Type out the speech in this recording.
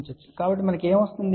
కాబట్టి మనకు ఏమి లభిస్తుంది